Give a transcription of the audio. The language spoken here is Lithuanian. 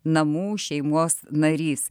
namų šeimos narys